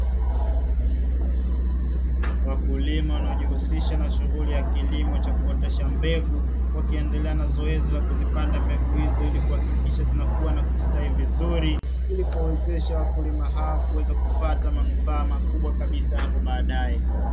Wakulima wanaojihusisha na shughuli ya kilimo cha kuotesha mbegu, wakiendelea na zoezi la kuzipanda mbegu hizo ili kuhakikisha zinakuwa na kustawi vizuri, ili kuwezesha wakulima hao kupata manufaa makubwa kabisa hapo baadae.